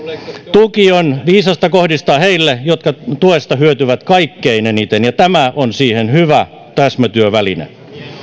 tuki on viisasta kohdistaa heille jotka tuesta hyötyvät kaikkein eniten ja tämä on siihen hyvä täsmätyöväline